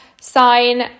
sign